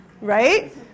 Right